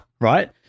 right